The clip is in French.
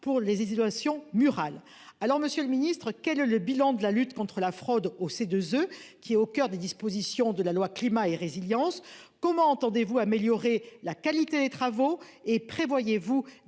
pour les isolation murale. Alors Monsieur le Ministre, quel est le bilan de la lutte contre la fraude au ces 2 E qui est au coeur des dispositions de la loi climat et résilience, comment entendez-vous améliorer la qualité des travaux et prévoyez-vous